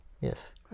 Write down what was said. Yes